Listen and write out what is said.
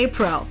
Pro